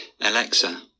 alexa